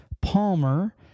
Palmer